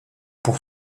pour